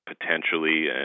potentially